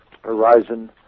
horizon